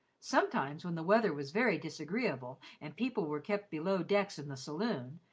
sometimes, when the weather was very disagreeable and people were kept below decks in the saloon,